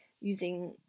using